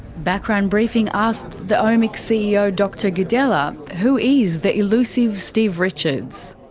background briefing asked the omics ceo dr gedela who is the elusive steve richards.